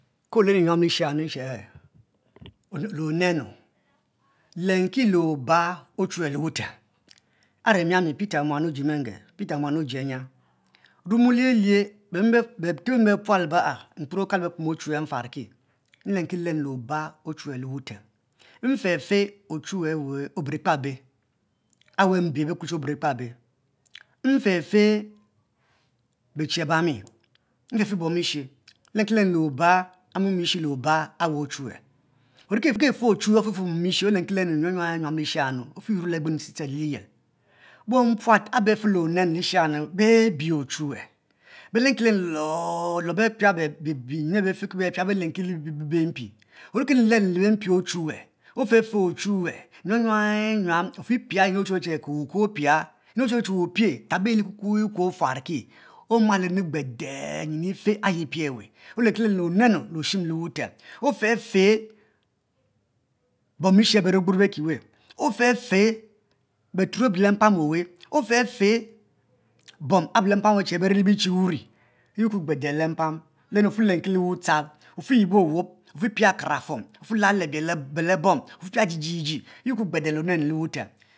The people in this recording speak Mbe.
Ke olenu nyuan lishayi ri che le onenu lenki le obu ochuwue le wutem are mi muan opie meng mi peter anya wuluom wulie lie befeb beme bepual be a nkaluo bepom ochuwue mfakin nlen lenu le oba ochuwue le wutem mfe fe ochuwue obunkpube awu mbe che oburu kpabe mfefe bechi abami mfefe bom eshe nlenki lenu le oba awu mom eshe le oba awa ochuwue orike fefe oxhuwue ofefe mon eshe olenkilenu nyuam yuam yuam lishey ayanu ofi yuoro le agbenu ste ste le liyel but puat abe beh te li nenu lo lo bepia beyin abe fe kibepia belenki le beh bempi oriki lenu le mi be mpi ochuwue ofefe ochuwue nyuam yuam yuam ofpia nyin ochuwue oruole che weh opie tab eyi likuo ofar ki oma leyi gbede nyin efe anyi pie weh oyor le onenu le oshim le wutem ofefe bow eshie abe beri ogburo bekiwe ofefe beturo abe le mpam oweh ofefe bom abe le mpam owe abe beri le chi wuri yuor kue gbede le mpam den ofi lenki lewu tchal ofi yibo owop ofi pia akarafuom ofilalo le belebom ofi pia ji ji ji eyuor kue gbede le onenu le wutem